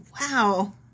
Wow